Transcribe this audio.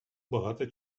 багато